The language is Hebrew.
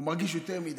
הוא מרגיש יותר מדי,